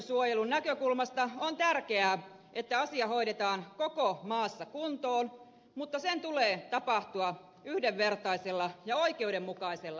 vesistönsuojelun näkökulmasta on tärkeää että asia hoidetaan koko maassa kuntoon mutta sen tulee tapahtua yhdenvertaisella ja oikeudenmukaisella tavalla